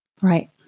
Right